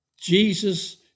Jesus